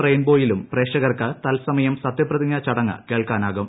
റെയിൻബോയിലും പ്രേക്ഷകർക്ക് തൽസമയം സത്യപ്രതിജ്ഞാ ചടങ്ങ് കേൾക്കാനാകും